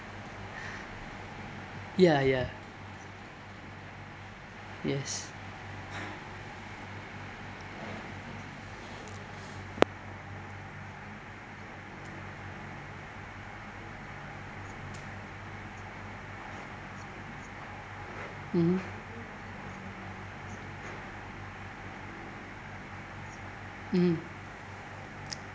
ya ya yes mmhmm mmhmm